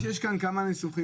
אני חושב שיש כאן כמה ניסוחים.